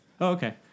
Okay